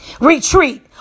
Retreat